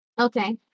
Okay